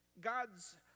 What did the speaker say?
God's